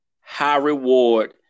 high-reward